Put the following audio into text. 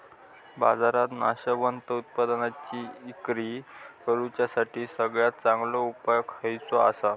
बाजारात नाशवंत उत्पादनांची इक्री करुच्यासाठी सगळ्यात चांगलो उपाय खयचो आसा?